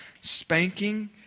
spanking